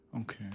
Okay